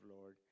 Lord